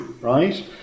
right